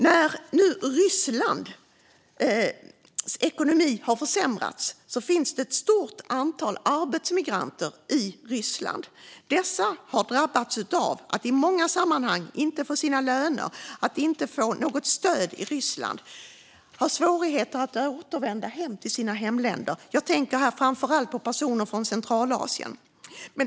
När Rysslands ekonomi nu har försämrats finns det ett stort antal arbetsmigranter i Ryssland som har drabbats i många sammanhang. De får inte sina löner eller något stöd i Ryssland och har svårigheter att återvända till sina hemländer. Jag tänker framför allt på personer från Centralasien.